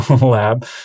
lab